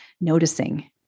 noticing